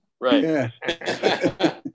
right